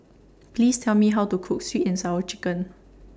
Please Tell Me How to Cook Sweet and Sour Chicken